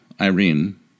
Irene